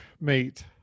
mate